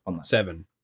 seven